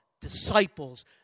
disciples